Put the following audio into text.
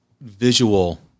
visual